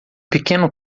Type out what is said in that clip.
pequeno